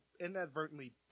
inadvertently